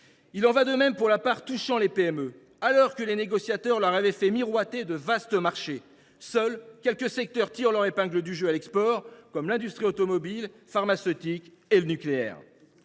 Il en va de même pour la part touchant les PME, alors que les négociateurs leur avaient fait miroiter de vastes marchés. Seuls quelques secteurs tirent leur épingle du jeu à l’export, comme l’industrie automobile, l’industrie pharmaceutique et le nucléaire.